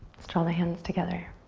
let's draw the hands together.